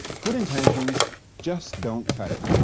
good intentions just don't cut it.